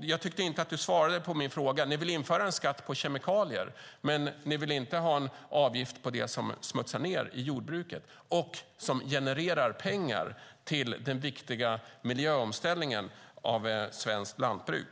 Jag tycker inte att Lena Ek svarade på min fråga. Ni vill införa en skatt på kemikalier, men ni vill inte ha en avgift på det som smutsar ned i jordbruket och som genererar pengar till den viktiga miljöomställningen av svenskt lantbruk.